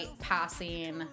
passing